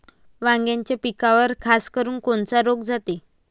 वांग्याच्या पिकावर खासकरुन कोनचा रोग जाते?